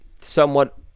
somewhat